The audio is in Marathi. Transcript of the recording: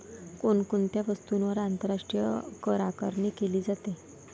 कोण कोणत्या वस्तूंवर आंतरराष्ट्रीय करआकारणी केली जाते?